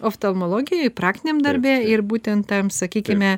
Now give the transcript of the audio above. oftalmologijoj praktiniam darbe ir būtent tam sakykime